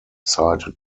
sighted